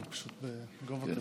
בבקשה.